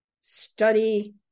study